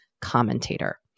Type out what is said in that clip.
commentator